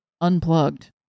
unplugged